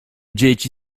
dzieci